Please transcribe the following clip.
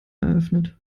eröffnet